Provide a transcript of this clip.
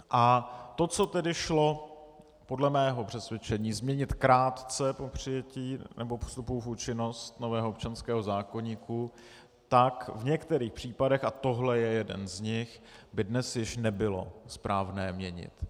A to, co tedy šlo podle mého přesvědčení změnit krátce po přijetí nebo vstupu v účinnost nového občanského zákoníku, tak v některých případech, a tohle je jeden z nich, by dnes již nebylo správné měnit.